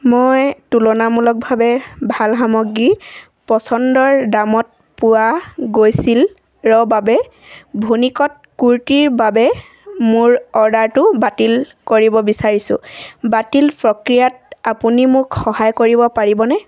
মই তুলনামূলকভাৱে ভাল সামগ্ৰী পচন্দৰ দামত পোৱা গৈছিলৰ বাবে ভুনিকত কুৰ্তিৰ বাবে মোৰ অৰ্ডাৰটো বাতিল কৰিব বিচাৰিছোঁ বাতিল প্ৰক্ৰিয়াত আপুনি মোক সহায় কৰিব পাৰিবনে